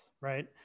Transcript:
right